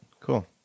Cool